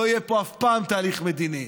לא יהיה פה אף פעם תהליך מדיני.